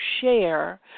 share